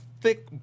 thick